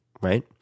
right